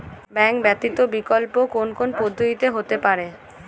Bank ব্যতীত বিকল্প কোন কোন পদ্ধতিতে হতে পারে?